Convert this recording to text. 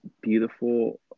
beautiful